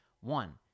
One